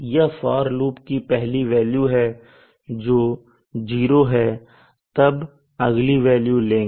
यह for loop की पहली वेल्यू है जो 0 है और तब अगली वेल्यू लेंगे